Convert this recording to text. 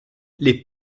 les